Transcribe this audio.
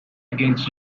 against